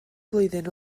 flwyddyn